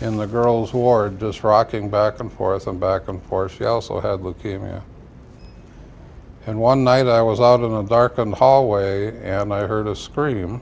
in the girls ward destructing back and forth and back and forth she also had leukemia and one night i was out of the dark in the hallway and i heard a scream